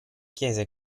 chiese